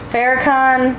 Farrakhan